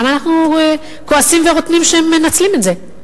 למה אנחנו כועסים ורוטנים שהם מנצלים את זה?